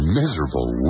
miserable